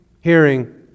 Hearing